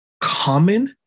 common